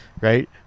right